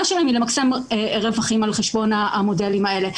שלהם היא למקסם רווחים על חשבון המודלים האלה.